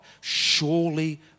surely